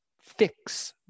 fix